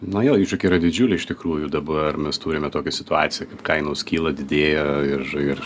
nu jo iššūkiai yra didžiuliai iš tikrųjų dabar mes turime tokią situaciją kai kainos kyla didėja ir ir